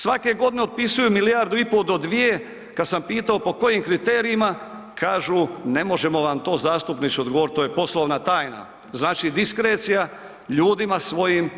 Svake godine otpisuju milijardu i pol do dvije, kada sam pitao po kojim kriterijima kažu ne možemo vam zastupniče to dogovorit to je poslovna tajna, znači diskrecija ljudima svojim.